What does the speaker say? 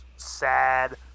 sad